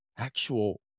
Actual